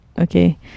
Okay